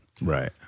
Right